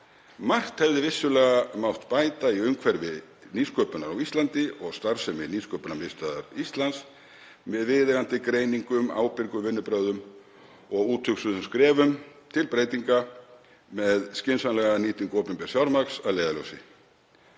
Margt hefði vissulega mátt bæta í umhverfi nýsköpunar á Íslandi og starfsemi Nýsköpunarmiðstöðvar Íslands með viðeigandi greiningum, ábyrgum vinnubrögðum og úthugsuðum skrefum til breytinga með skynsamlega nýtingu opinbers fjármagns að leiðarljósi.“